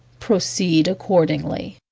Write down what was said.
proceed accordingly.